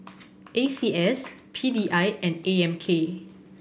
A C S P D I and A M K